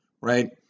right